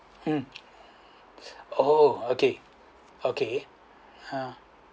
um oh okay okay ya